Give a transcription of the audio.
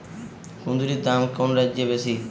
কুঁদরীর দাম কোন রাজ্যে বেশি?